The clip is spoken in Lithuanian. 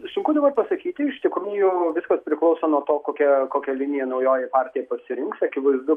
sunku dabar pasakyti iš tikrųjų viskas priklauso nuo to kokia kokią liniją naujoji partija pasirinks akivaizdu